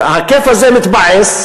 והכיף הזה מתבאס,